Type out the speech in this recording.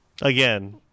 Again